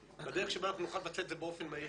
ללכת והדרך שבה אנחנו נוכל לבצע את זה באופן מהיר,